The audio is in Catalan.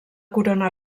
corona